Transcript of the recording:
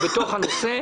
הוא בתוך הנושא.